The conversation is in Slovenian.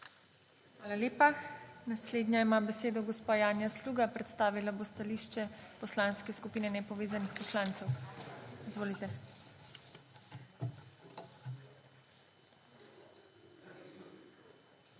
Hvala lepa. Naslednja ima besedo gospa Janja Sluga, predstavila bo stališče Poslanske skupine nepovezanih poslancev. Izvolite. JANJA SLUGA